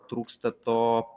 trūksta to